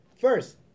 First